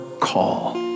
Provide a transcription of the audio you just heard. call